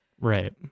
Right